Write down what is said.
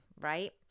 right